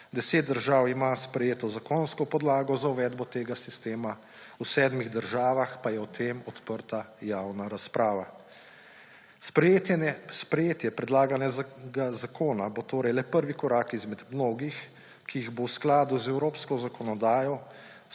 10 držav ima sprejeto zakonsko podlago za uvedbo tega sistema, v sedmih državah pa je o tem odprta javna razprava. Sprejetje predlaganega zakona bo torej le prvi korak izmed mnogih, ki jih bo v skladu z evropsko zakonodajo,